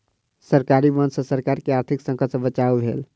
सरकारी बांड सॅ सरकार के आर्थिक संकट सॅ बचाव भेल